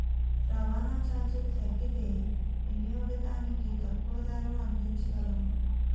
రవాణా చార్జీలు తగ్గితే వినియోగదానికి తక్కువ ధరకు అందించగలము